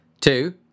Two